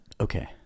Okay